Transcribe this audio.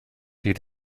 hyd